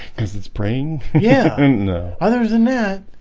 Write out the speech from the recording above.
because it's praying yeah other than that.